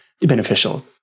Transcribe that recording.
beneficial